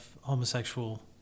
homosexual